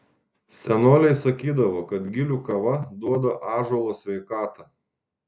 senoliai sakydavo kad gilių kava duoda ąžuolo sveikatą